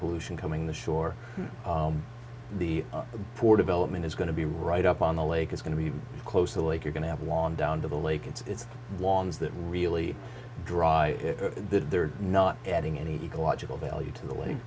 pollution coming the shore the four development is going to be right up on the lake is going to be close to the lake you're going to have long down to the lake it's lawns that really dry they're not adding any ecological value to the lake